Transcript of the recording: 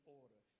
order